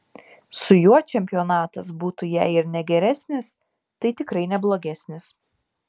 su juo čempionatas būtų jei ir ne geresnis tai tikrai ne blogesnis